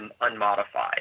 unmodified